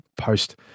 post